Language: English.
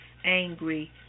angry